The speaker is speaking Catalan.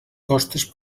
costes